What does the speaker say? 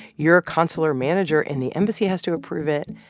your consular manager in the embassy has to approve it,